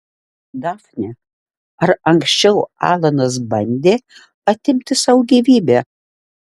dafne ar anksčiau alanas bandė atimti sau gyvybę